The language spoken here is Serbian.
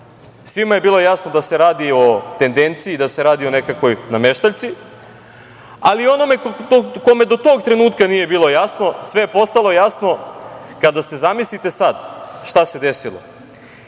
Svima je bilo jasno da se radi o tendenciji i da se radi o nekakvoj nameštaljci, ali onome kome do tog trenutka nije bilo jasno sve je postalo jasno kada, zamislite sada šta se desilo,